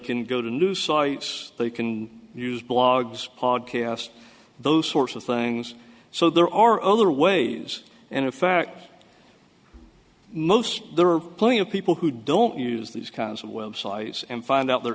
can go to new sites they can use blogs podcasts those sorts of things so there are other ways and in fact most there are plenty of people who don't use these kinds of websites and find out their